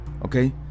Okay